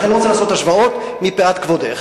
לכן אני לא רוצה לעשות השוואות, מפאת כבודך.